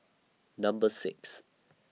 Number six